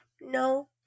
No